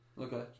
Okay